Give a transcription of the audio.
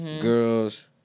girls